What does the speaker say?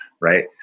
right